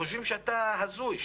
חושבים שאתה הזוי,